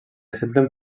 senten